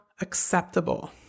acceptable